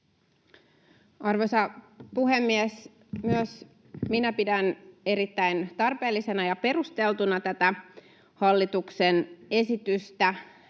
Arvoisa puhemies! Myös minä pidän erittäin tarpeellisena ja perusteltuna tätä hallituksen esitystä: